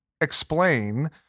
explain